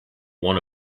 one